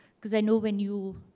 because i know when you